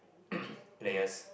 players